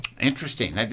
Interesting